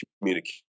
communicate